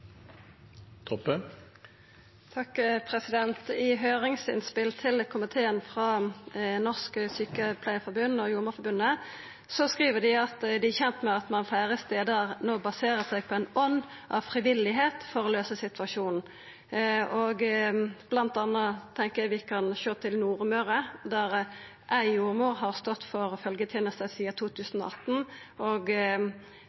Norsk Sykepleierforbund og Jordmorforbundet skriv dei at dei er kjende med at ein fleire stader no baserer seg på ei ånd av frivillig innsats for å løysa situasjonen. Blant anna tenkjer eg vi kan sjå til Nord-Møre, der éi jordmor har stått for følgjetenesta sidan